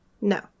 No